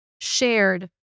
shared